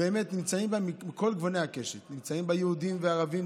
באמת נמצאים בה מכל גווני הקשת: נמצאים בה יהודים וערבים,